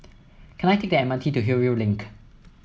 can I take the M R T to Hillview Link